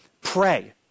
Pray